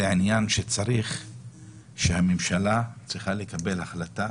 זה עניין שצריך שהממשלה צריכה לקבל החלטה,